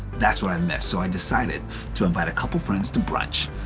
that's what i miss, so i decided to invite a couple of friends to brunch.